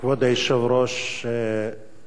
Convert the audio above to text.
רבותי חברי הכנסת,